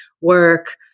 work